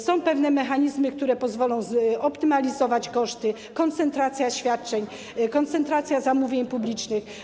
Są pewne mechanizmy, które pozwolą zoptymalizować koszty: koncentracja świadczeń, koncentracja zamówień publicznych.